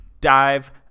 dive